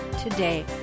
today